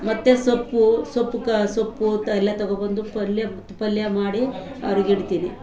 ಮತ್ತೆ ಸೊಪ್ಪು ಸೊಪ್ಪು ಕ ಸೊಪ್ಪು ಎಲ್ಲ ತಗೊಂಡ್ಬಂದು ಪಲ್ಯ ಪಲ್ಯ ಮಾಡಿ ಅವ್ರಿಗೆ ಇಡ್ತೀನಿ